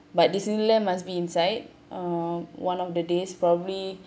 but disneyland must be inside uh one of the days probably